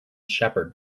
shepherd